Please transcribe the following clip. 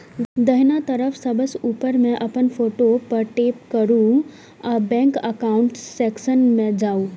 दाहिना तरफ सबसं ऊपर मे अपन फोटो पर टैप करू आ बैंक एकाउंट सेक्शन मे जाउ